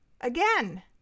Again